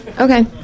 Okay